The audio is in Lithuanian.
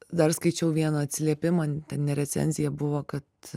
dar skaičiau vieną atsiliepimą ne recenzija buvo kad